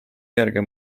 kerge